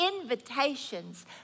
invitations